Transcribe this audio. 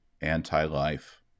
anti-life